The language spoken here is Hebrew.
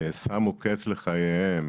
שמו קץ לחייהם,